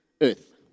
earth